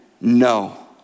no